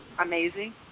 amazing